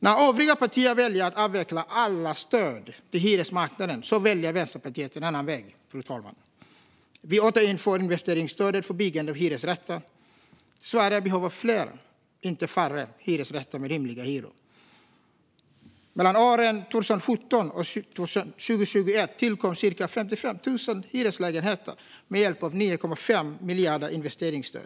När övriga partier väljer att avveckla alla stöd till hyresmarknaden väljer Vänsterpartiet en annan väg. Vi återinför investeringsstödet för byggande av hyresrätter. Sverige behöver fler, inte färre, hyresrätter med rimliga hyror. Mellan åren 2017 och 2021 tillkom cirka 55 000 hyreslägenheter med hjälp av 9,5 miljarder i investeringsstöd.